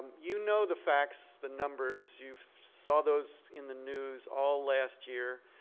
you know the facts, the numbers. you saw those in the news all last year.